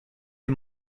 les